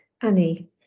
Annie